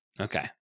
Okay